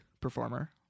performer